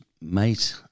mate